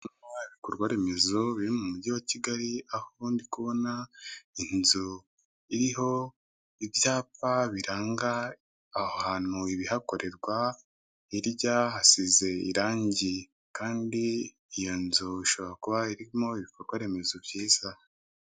Ibikorwaremezo biri mu mugi wa Kigali aho ndi kubona inzu iriho ibyapa biranga aho hantu ibihakorerwa , hirya hasize irangi kandi iyo nzu ishobora kuba irimo ibikorwaremezo byiza.